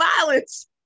violence